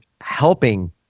helping